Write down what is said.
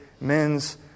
men's